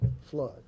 flood